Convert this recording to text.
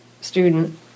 student